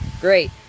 Great